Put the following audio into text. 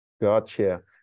gotcha